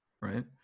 right